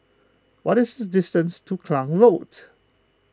what is distance to Klang Road